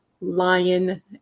lion